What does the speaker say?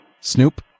Snoop